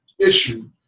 issue